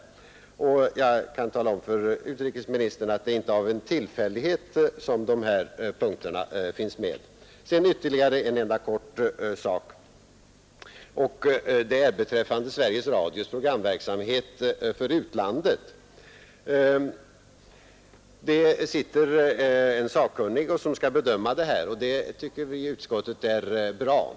Jag kan tala om för utrikesministern att det inte är en tillfällighet att dessa punkter finns med. Sedan ytterligare några ord om Sveriges Radios programverksamhet för utlandet. Vi har en sakkunnig som skall bedöma dessa frågor, vilket vi i utskottet tycker är bra.